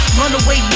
runaway